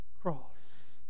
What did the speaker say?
cross